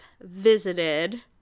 visited